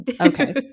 Okay